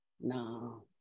no